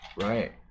Right